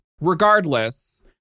Regardless